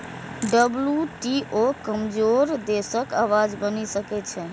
WTO कमजोर देशक आवाज बनि सकै छै